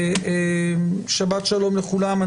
שבת שלום לכולם,